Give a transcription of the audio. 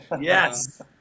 Yes